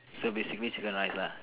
so basically chicken rice lah